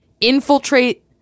infiltrate